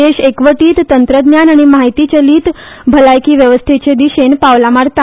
देश एकवटीत तंत्रज्ञान आनी म्हायती चालित भलायकी व्यवस्थेचे दिशेन पांवलां मारता